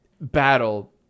battle